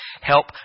Help